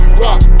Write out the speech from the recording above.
rock